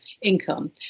income